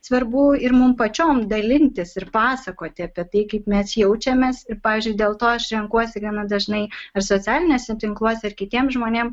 svarbu ir mum pačiom dalintis ir pasakoti apie tai kaip mes jaučiamės ir pavyzdžiui dėl to aš renkuosi gana dažnai ir socialiniuose tinkluose ir kitiem žmonėm